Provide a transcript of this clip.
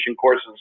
courses